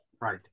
right